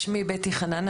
שמי בטי חנן.